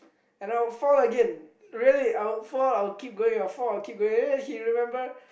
and I'll fall again really I would fall I'll keep going I'll fall I'll keep going and he remember